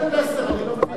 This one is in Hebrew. באינטרסים אישיים.